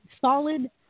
solid